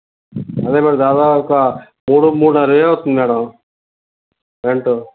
అదే మేడం దాదాపు ఒక మూడు మూడున్నర వెయ్యవుతుంది మేడం రెంటు